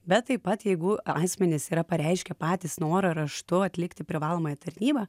bet taip pat jeigu asmenys yra pareiškę patys norą raštu atlikti privalomąją tarnybą